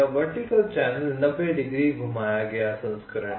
vertical channel नब्बे degree घुमाया गया संस्करण है